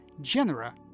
genera